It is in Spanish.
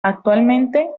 actualmente